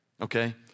Okay